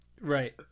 Right